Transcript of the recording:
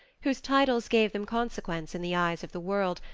whose titles gave them consequence in the eyes of the world,